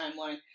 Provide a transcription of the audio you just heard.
timeline